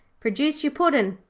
produce your puddin',